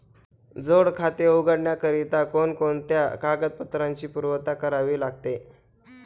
जोड खाते उघडण्याकरिता कोणकोणत्या कागदपत्रांची पूर्तता करावी लागते?